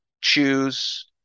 choose